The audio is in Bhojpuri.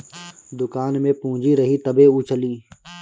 दुकान में पूंजी रही तबे उ चली